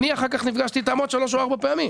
אני אחר כך נפגשתי איתם עוד שלוש או ארבע פעמים.